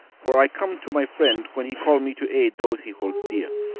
for i come to my friend when he call me to aid those he holds dear.